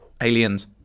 Aliens